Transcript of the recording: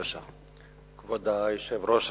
כבוד היושב-ראש,